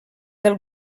del